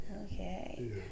Okay